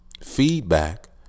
feedback